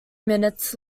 minutes